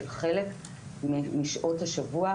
של חלק משעות השבוע,